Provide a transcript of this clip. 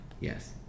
Yes